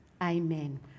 amen